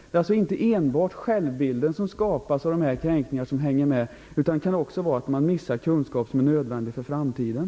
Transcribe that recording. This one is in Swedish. Det är alltså inte enbart en av kränkningarna skadad självbild som hänger med, utan man kan också missa kunskap som är nödvändig för framtiden.